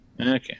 okay